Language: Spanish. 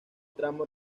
tramo